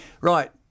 Right